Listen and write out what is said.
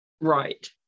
Right